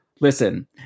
Listen